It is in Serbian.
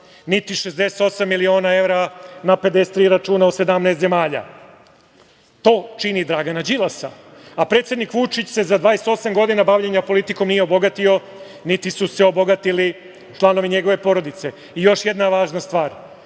niti 68 miliona evra na 53 računa u 17 zemalja. To čini Dragana Đilasa, a predsednik Vučić se za 28 godina bavljenja politikom nije obogatio, niti su se obogatili članovi njegove porodice. Još jedna važna stvar.